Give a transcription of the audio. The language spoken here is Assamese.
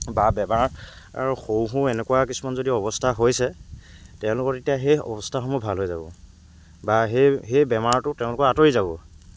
বা বেমাৰ আৰু সৰু সৰু এনেকুৱা কিছুমান যদি অৱস্থা হৈছে তেওঁলোকৰ তেতিয়া সেই অৱস্থাসমূহ ভাল হৈ যাব বা সেই সেই বেমাৰটো তেওঁলোকৰ আঁতৰি যাব